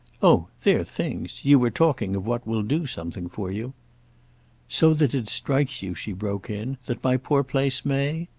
oh their things! you were talking of what will do something for you so that it strikes you, she broke in, that my poor place may?